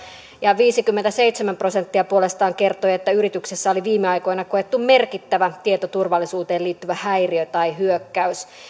ja viisikymmentäseitsemän prosenttia puolestaan kertoi että yrityksessä oli viime aikoina koettu merkittävä tietoturvallisuuteen liittyvä häiriö tai hyökkäys